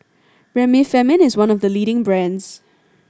Remifemin is one of the leading brands